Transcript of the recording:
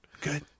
good